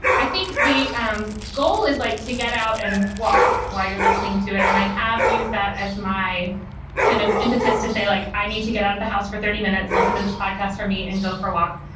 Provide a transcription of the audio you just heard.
i think the um goal is like to get out and walk while you're listening to it. and i have used that as my kind of impetus to say, like, i need to get out of the house for thirty minutes, listen to this podcast for me and go for a walk.